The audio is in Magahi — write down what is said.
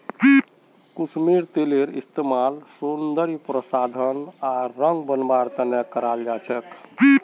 कुसुमेर तेलेर इस्तमाल सौंदर्य प्रसाधन आर रंग बनव्वार त न कराल जा छेक